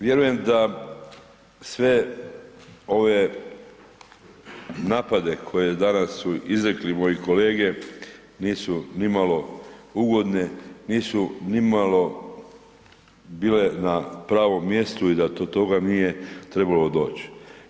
Vjerujem da sve ove napade koje danas su izrekli moji kolege nisu nimalo ugodne, nisu nimalo bile na pravom mjestu i da do toga nije trebalo doći.